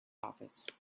office